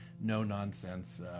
no-nonsense